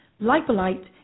LipoLite